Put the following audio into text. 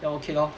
then okay lor